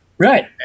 Right